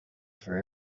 for